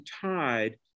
tide